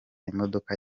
imodoka